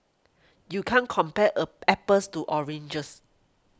you can't compare a apples to oranges